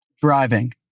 Driving